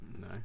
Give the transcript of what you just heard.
No